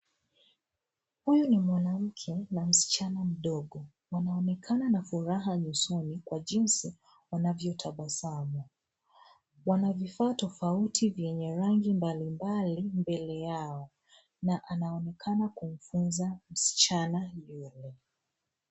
Huyu ni mwanamke na msichana mdogo. Wanaonekana na furaha usoni kwa jinsi wanavyotabasamu. Wana vifaa tofauti zenye rangi mbalimbali mbele yao na anaonekana kumfunza msichana yule.